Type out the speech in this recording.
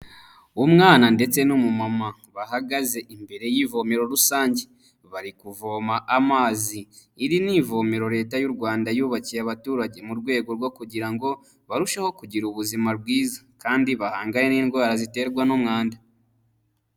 Umwana ndetse n'umumama bahagaze imbere y'ivomero rusange bari kuvoma amazi. Iri ni ivomero Leta y'u Rwanda yubakiye abaturage mu rwego rwo kugira ngo barusheho kugira ubuzima bwiza kandi bahanganye n'indwara ziterwa n'umwanda.